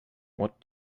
what